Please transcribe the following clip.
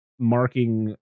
Marking